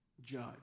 judge